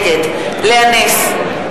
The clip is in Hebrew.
נגד לאה נס,